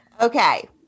Okay